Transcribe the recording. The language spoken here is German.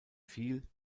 viel